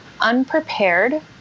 unprepared